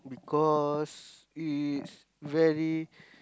because it's very